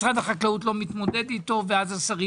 משרד החקלאות לא מתמודד איתו ואז השרים